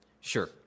sure